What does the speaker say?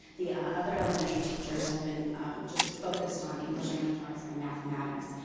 the other elementary teachers have been just focused on english language arts and mathematics.